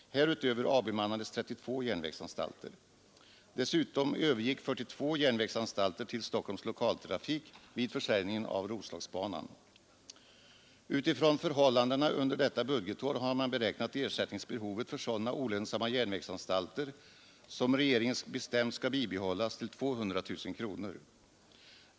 Härutöver avbemannades 32 järnvägsanstalter. Dessutom övergick 42 järnvägsanstalter till Stockholms lokaltrafik vid försäljningen av Roslagsbanan. Utifrån förhållandena under detta budgetår har man beräknat ersättningsbebehovet för sådana olönsamma järnvägsanstalter som regeringen har bestämt skall bibehållas till 200 000 kronor.